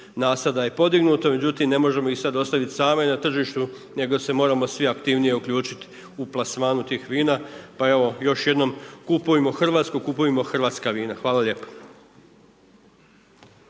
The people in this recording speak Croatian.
nasada podignuto međutim ne možemo ih sada ostaviti same na tržištu nego se moramo svi aktivnije uključit u plasmanu tih vina pa evo, još jednom, kupujmo hrvatsko, kupujmo hrvatska vina. Hvala lijepa.